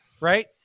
Right